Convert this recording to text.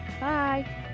Bye